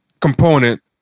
component